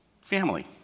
family